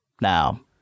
Now